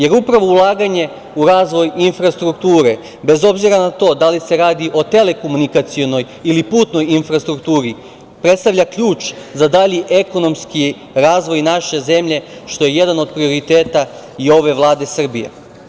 Jer upravo ulaganje u razvoj infrastrukture, bez obzira na to da li se radi o telekomunikacionoj ili putnoj infrastrukturi, predstavlja ključ za dalji ekonomski razvoj naše zemlje, što je jedan od prioriteta i ove Vlade Srbije.